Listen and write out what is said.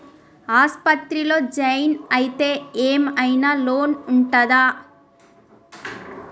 ఆస్పత్రి లో జాయిన్ అయితే ఏం ఐనా లోన్ ఉంటదా?